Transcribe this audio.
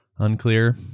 Unclear